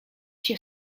się